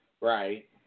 Right